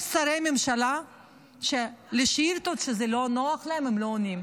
יש שרי ממשלה שלשאילתות שזה לא נוח להם הם לא עונים.